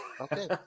Okay